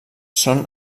són